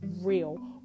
real